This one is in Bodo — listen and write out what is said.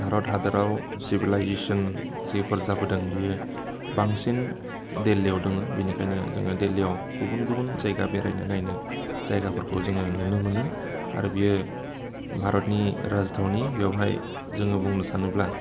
भारत हादोराव सिभिलाइजेसन जेफोर जाबोदों बियो बांसिन दिल्लीयाव दोङो बिनिखायनो जोङो दिल्लीयाव दोङो बिनिखायनो जोङो दिल्लीयाव गुबुन गुबुन जायगा बेरायनो नायनो जायगाफोरखौ जोङो नुनो मोनो आरो बियो भारतनि राजथावनि बेवहाय जोङो बुंनो थाङोब्ला